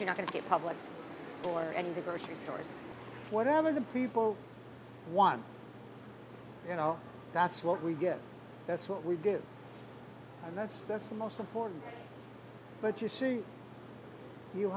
you're not going to publix or any of the grocery stores whatever the people want you know that's what we get that's what we do and that's the most important but you see you